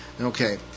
Okay